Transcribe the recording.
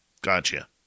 Gotcha